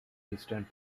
distant